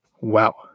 Wow